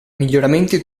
miglioramenti